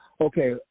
okay